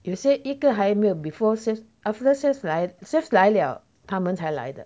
you say 一个还没有 before swift after swift 来 swift 来了他们才来的